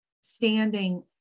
standing